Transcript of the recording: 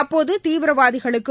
அப்போது தீவிரவாதிகளுக்கும்